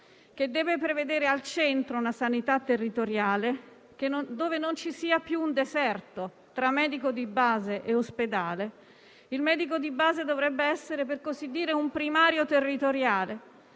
che deve prevedere al centro una sanità territoriale in cui non ci sia più un deserto tra medico di base ed ospedale. Il medico di base dovrebbe essere un primario territoriale